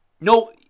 No